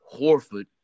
Horford